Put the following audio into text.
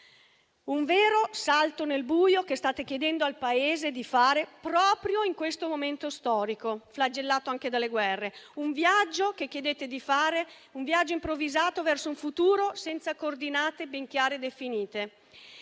un vero salto nel buio che state chiedendo al Paese di fare proprio in questo momento storico flagellato anche dalle guerre; chiedete di fare un viaggio improvvisato verso un futuro senza coordinate ben chiare e definite.